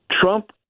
Trump